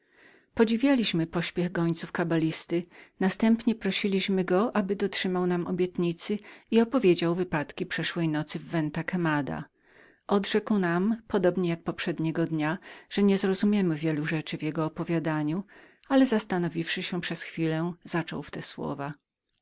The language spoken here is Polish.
podziwialiśmy pośpiech gońców kabalisty następnie prosiliśmy go aby dotrzymał nam obietnicy i opowiedział wypadki przeszłej nocy w venta quemada odrzekł nam jak wczoraj że niezrozumiemy wiele rzeczy w jego opowiadaniu ale zastanowiwszy się przez chwilę zaczął w te słowa